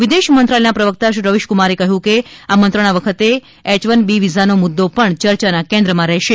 વિદેશ મંત્રાલયના પ્રવક્તા શ્રી રવિશકુમારે કહ્યું કે આ મંત્રણા વખતે એચ વન બી વિઝાનો મુદ્દો પણ ચર્ચાના કેન્દ્રમાં રહેશે